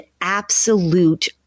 absolute